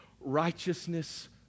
righteousness